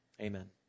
amen